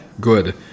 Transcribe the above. Good